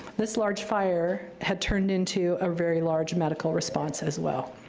this large fire had turned into a very large medical response as well.